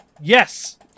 Yes